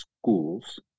schools